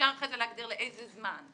אפשר להגדיר לאיזה זמן.